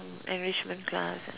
uh enrichment class